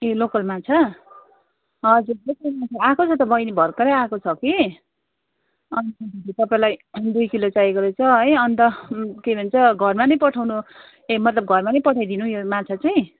ए local माछा हजुर local माछा आएको छ त बैनी भर्खरै आएको छ कि अनि तपाईँलाई दुई किलो चाहिएको रहेछ है अन्त के भन्छ घरमा नि पठाउनु ए मतलब घरमा नि फठाइदिनु यो माछा चाहिँ